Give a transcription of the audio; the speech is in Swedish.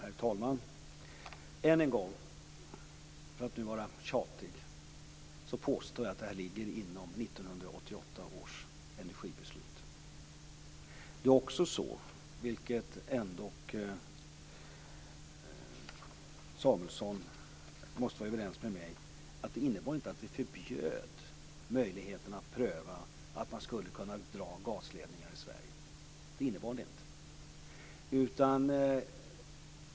Herr talman! Än en gång, för att vara tjatig, påstår jag att det här ligger inom 1988 års energibeslut. Det innebar inte, vilket ändock Marianne Samuelsson måste vara överens med mig om, att vi förbjöd möjligheten att pröva om man skulle kunna dra gasledningar i Sverige. Det innebar det inte.